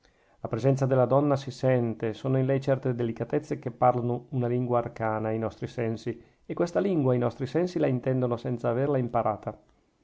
la presenza della donna si sente sono in lei certe delicatezze che parlano una lingua arcana ai nostri sensi e questa lingua i nostri sensi la intendono senza averla imparata